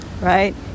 right